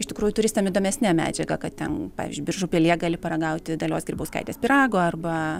iš tikrųjų turistam įdomesne medžiaga kad ten pavyzdžiui biržų pilyje gali paragauti dalios grybauskaitės pyrago arba